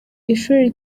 ishuri